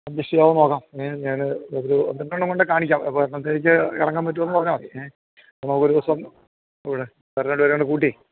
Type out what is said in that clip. adjust ചെയ്യാമോന്ന് നോക്കാം ഞാൻ ഒരു രണ്ട് എണ്ണം കൊണ്ട് കാണിക്കാം അപ്പോൾ ഒരെണ്ണത്തേക്ക് ഇറങ്ങാൻ പറ്റുമോന്ന് നോക്കു ആദ്യം ഏ അപ്പോൾ നമുക്ക് ഒരു ദിവസം രണ്ട് പേരെ കൂടെ കൂട്ടി